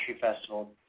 Festival